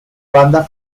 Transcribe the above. banda